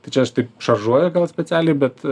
tai čia aš taip šaržuoju gal specialiai bet